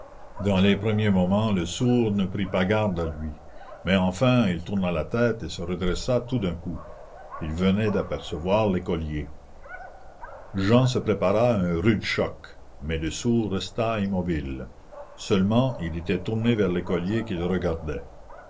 dans les premiers moments le sourd ne prit pas garde à lui mais enfin il tourna la tête et se redressa tout d'un coup il venait d'apercevoir l'écolier jehan se prépara à un rude choc mais le sourd resta immobile seulement il était tourné vers l'écolier qu'il regardait